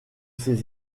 ces